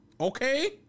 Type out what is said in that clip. Okay